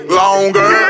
longer